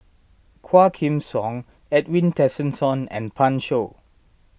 Quah Kim Song Edwin Tessensohn and Pan Shou